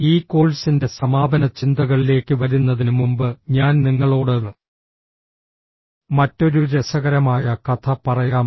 ഈ കോഴ്സിന്റെ സമാപന ചിന്തകളിലേക്ക് വരുന്നതിന് മുമ്പ് ഞാൻ നിങ്ങളോട് മറ്റൊരു രസകരമായ കഥ പറയാം